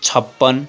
छपन्न